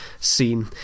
scene